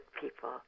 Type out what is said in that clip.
people